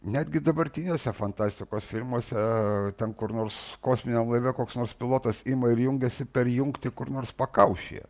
netgi dabartiniuose fantastikos filmuose ten kur nors kosminio orlaivio koks nors pilotas ima ir jungiasi perjungti kur nors pakaušyje